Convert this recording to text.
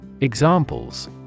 Examples